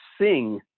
sing